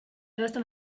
erosten